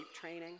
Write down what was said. training